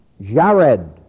Jared